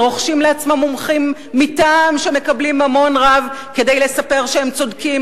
ורוכשים לעצמם מומחים-מטעם שמקבלים ממון רב כדי לספר שהם צודקים,